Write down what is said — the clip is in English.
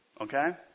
Okay